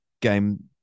game